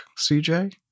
CJ